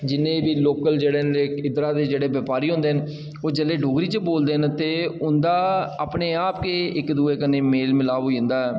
जिन्ने बी लोकल जेह्ड़े न इद्धरा दे बपारी होंदे न ओह् जेल्लै डोगरी च बोलदे न ते उं'दा अपने आप गै इक दूए कन्नै मेल मलाप होई जंदा